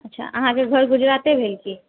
अच्छा अहाँके घर गुजराते भेल की